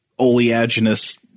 Oleaginous